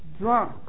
drunk